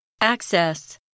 Access